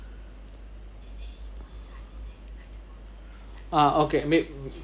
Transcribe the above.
ah okay may